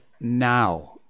now